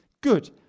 Good